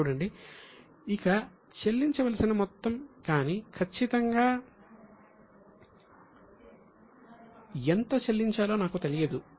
చూడండి ప్రొవిజన్ అంటే కేటాయింపు ఇది చెల్లించవలసిన మొత్తం కానీ ఖచ్చితంగా ఎంత చెల్లించాలో నాకు తెలియదు